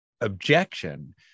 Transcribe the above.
objection